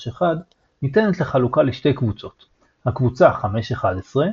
5, 8, 11 ניתנת לחלוקה לשתי קבוצות הקבוצה 11,